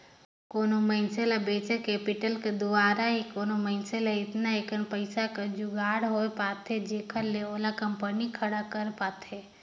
कोनो मइनसे ल वेंचर कैपिटल कर दुवारा ही कोनो मइनसे ल एतना अकन पइसा कर जुगाड़ होए पाथे जेखर ले ओहा कंपनी खड़ा कर पाथे